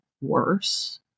worse